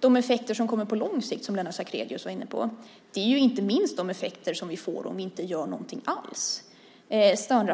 De effekter som kommer på lång sikt, som Lennart Sacrédeus var inne på, är inte minst de effekter som vi får om vi inte gör någonting alls. De flesta känner